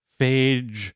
phage